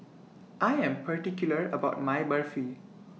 I Am particular about My Barfi